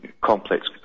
complex